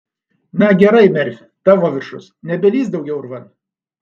na gerai merfi tavo viršus nebelįsk daugiau urvan